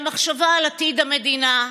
למחשבה על עתיד המדינה: